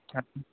ಹಾಂ ಹ್ಞೂ